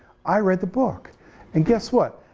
i read the book and guess what?